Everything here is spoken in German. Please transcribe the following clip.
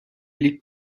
liegt